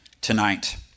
tonight